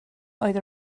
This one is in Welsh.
oedd